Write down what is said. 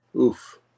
Oof